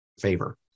favor